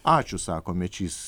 ačiū sako mečys